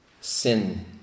sin